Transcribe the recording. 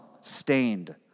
stained